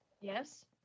Yes